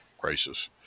crisis